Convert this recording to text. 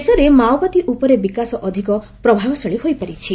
ଦେଶରେ ମାଓବାଦୀ ଉପରେ ବିକାଶ ଅଧିକ ପ୍ରଭାବଶାଳୀ ହୋଇପାରିଛି